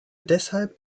deshalb